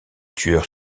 tueur